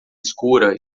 escura